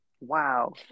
wow